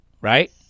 Right